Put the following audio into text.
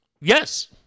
Yes